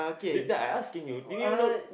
that I I asking you do you know